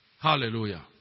Hallelujah